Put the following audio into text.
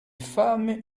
femmes